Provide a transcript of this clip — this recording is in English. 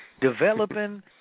developing